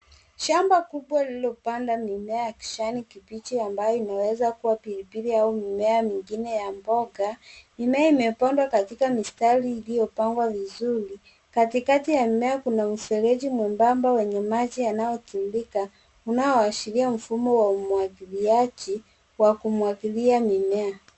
Shamba kubwa lilopandwa mimea ya kijani kibichi ambayo inaweza kuwa pilipili au mimea mingine ya mboga. Mimea imepandwa katika mistari iliyopangwa vizuri. Katikati ya mimea kuna mfereji mwembamba wenye maji yanayotiririka unaoashiria mfumo wa umwagiliaji wa kumwagilia mimea.